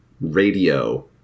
radio